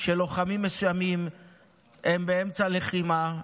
שבו לוחמים מסוימים הם באמצע לחימה,